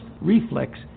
reflex